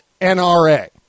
NRA